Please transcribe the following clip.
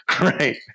Right